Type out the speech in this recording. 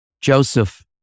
joseph